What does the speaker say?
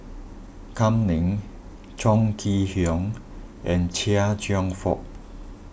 Kam Ning Chong Kee Hiong and Chia Cheong Fook